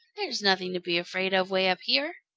there's nothing to be afraid of way up here!